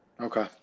Okay